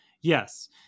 yes